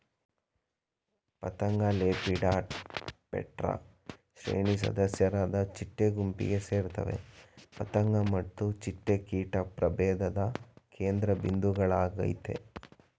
ಪತಂಗಲೆಪಿಡಾಪ್ಟೆರಾ ಶ್ರೇಣಿ ಸದಸ್ಯರಾದ ಚಿಟ್ಟೆ ಗುಂಪಿಗೆ ಸೇರ್ತವೆ ಪತಂಗ ಮತ್ತು ಚಿಟ್ಟೆ ಕೀಟ ಪ್ರಭೇಧದ ಕೇಂದ್ರಬಿಂದುಗಳಾಗಯ್ತೆ